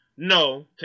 No